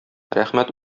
рәхмәт